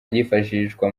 byifashishwa